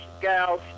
gals